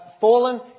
fallen